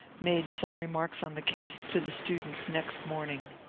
made some re marks on the case to the students next morning.